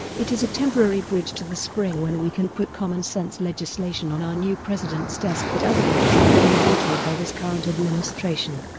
it is a temporary bridge to the spring when we can put common-sense legislation on our new president's desk that otherwise would have been vetoed by this current administration.